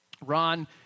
Ron